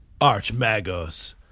Archmagos